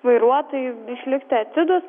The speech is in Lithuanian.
vairuotojai išlikti atidūs